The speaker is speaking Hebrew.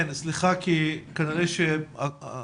לצרף צילומי מסך שאספנו מהאינסטגרם ששם זה אחד המרחבים